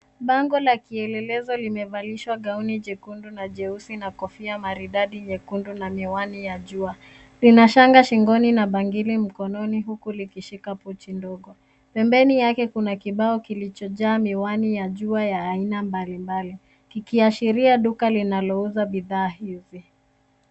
Bango la kielelezo limevalishwa gauni jekundu na jeusi na kofia maridadi nyekundu na miwani ya jua. Lina shanga shingoni nq bangili mkononi huku likishika pochi ndogo. Pembeni yake kuna kibao kilichojaa miwani ya jua ya aina mbalimbali, kikiashiria duka linalouza bidhaa hizi.